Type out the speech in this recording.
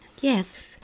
Yes